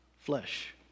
flesh